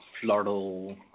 floral